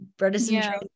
Bredesen